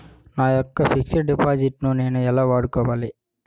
నా యెక్క fixed deposit ను నేను ఎలా వాడుకోవాలి?